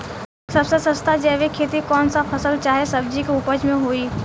सबसे सस्ता जैविक खेती कौन सा फसल चाहे सब्जी के उपज मे होई?